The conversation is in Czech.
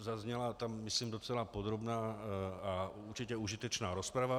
Zazněla tam myslím docela podrobná a určitě užitečná rozprava.